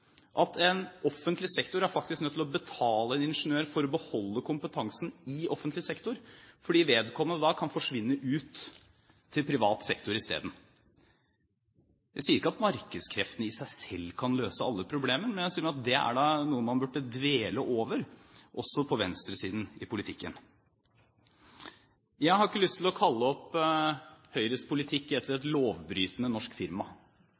at en offentlig sektor faktisk er nødt til å betale en ingeniør for å beholde kompetansen i offentlig sektor, fordi vedkommende da kan forsvinne ut til privat sektor isteden? Jeg sier ikke at markedskreftene i seg selv kan løse alle problemer, men jeg sier at det er noe man burde dvele ved, også på venstresiden i politikken. Jeg har ikke lyst til å kalle opp Høyres politikk etter et lovbrytende norsk firma,